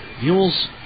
Mules